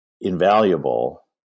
invaluable